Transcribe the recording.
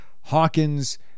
Hawkins